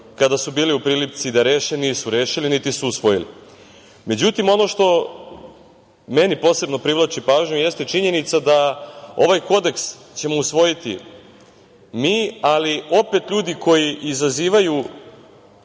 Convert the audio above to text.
kada su bili u prilici da reše, nisu rešili, niti su usvojili.Međutim, ono što meni posebno privlači pažnju jeste činjenica da ovaj kodeks ćemo usvojiti mi, ali opet ljudi koji izazivaju